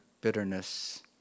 bitterness